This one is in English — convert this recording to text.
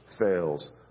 fails